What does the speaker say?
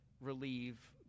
relieve